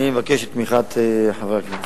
אני מבקש את תמיכת חברי הכנסת.